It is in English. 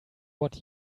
what